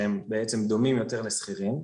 שהם בעצם דומים יותר לשכירים.